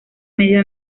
medio